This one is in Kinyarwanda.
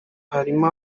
harimo